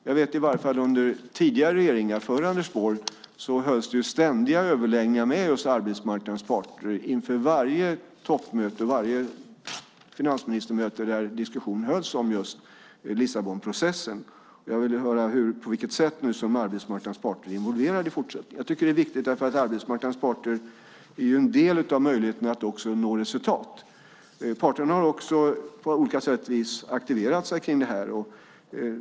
Jag vet att det under tidigare regeringar före Anders Borg hölls ständiga överläggningar med just arbetsmarknadens parter inför varje toppmöte och finansministermöte där det var diskussioner om just Lissabonprocessen. Jag vill höra på vilket sätt arbetsmarknadens parter är involverade i fortsättningen. Jag tycker att detta är viktigt, för arbetsmarknadens parter är ju en del av möjligheten att nå resultat. Parterna har också på olika sätt aktiverat sig kring det här.